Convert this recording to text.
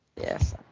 Yes